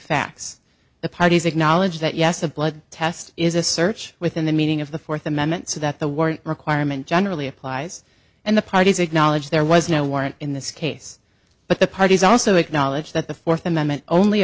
facts the parties acknowledge that yes a blood test is a search within the meaning of the fourth amendment so that the warrant requirement generally applies and the parties acknowledge there was no warrant in this case but the parties also acknowledge that the fourth amendment only